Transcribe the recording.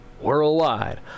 Worldwide